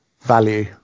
value